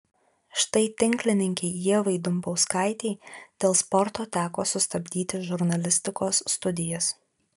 štai tinklininkei ievai dumbauskaitei dėl sporto teko sustabdyti žurnalistikos studijas